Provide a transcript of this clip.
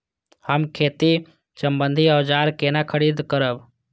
हम खेती सम्बन्धी औजार केना खरीद करब?